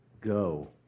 Go